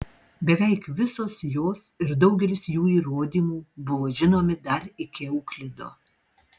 beveik visos jos ir daugelis jų įrodymų buvo žinomi dar iki euklido